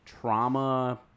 trauma